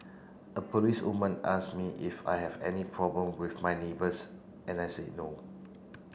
a policewoman asked me if I have any problem with my neighbours and I said no